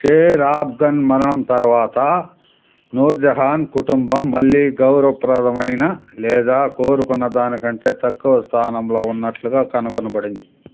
share Afghan మరణం తర్వాత నూర్ జహాన్ కుటుంబం మళ్ళీ గౌరవప్రదమైన లేదా కోరుకున్న దానికంటే తక్కువ స్థానంలో ఉన్నట్లుగా కనగొనబడింది